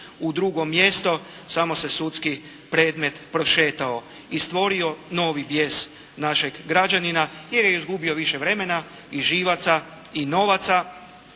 u drugo mjesto, samo se sudski predmet prošetao. I stvorio novi bijes našeg građanina jer je izgubio više vremena i živaca i novaca.